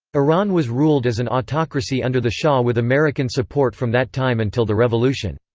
iran was ruled as an autocracy under the shah with american support from that time until the revolution.